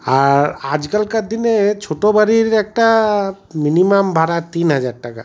আর আজকালকার দিনে ছোটো বাড়ির একটা মিনিমাম ভাড়া তিন হাজার টাকা